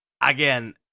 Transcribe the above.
again